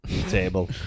table